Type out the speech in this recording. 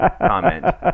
comment